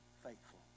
faithful